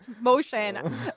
motion